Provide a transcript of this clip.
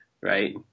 right